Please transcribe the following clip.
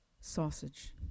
sausage